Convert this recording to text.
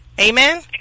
Amen